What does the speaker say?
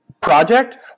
project